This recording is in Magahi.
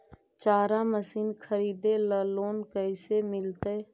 चारा मशिन खरीदे ल लोन कैसे मिलतै?